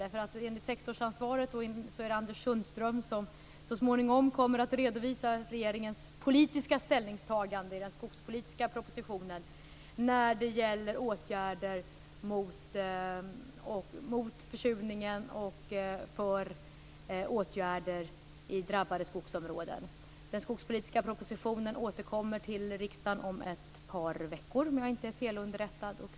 Det är Anders Sundström som så småningom kommer att redovisa regeringens ställningstagande i den skogspolitiska propositionen när det gäller åtgärder mot försurning i drabbade skogsområden. Den skogspolitiska propositionen återkommer till riksdagen om ett par veckor, om jag inte är felunderrättad.